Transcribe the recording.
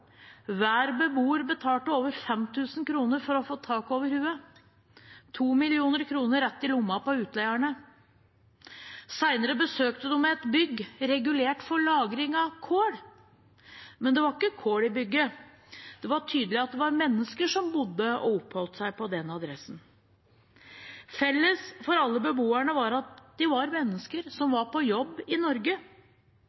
Hver beboer betalte over 5 000 kr for å få tak over hodet – 2 mill. kr rett i lomma på utleierne. Senere besøkte de et bygg regulert for lagring av kål, men det var ikke kål i bygget – det var tydelig at det var mennesker som bodde og oppholdt seg på den adressen. Felles for alle beboerne var at de var mennesker som